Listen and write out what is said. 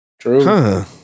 True